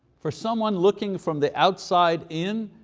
for someone looking from the outside in,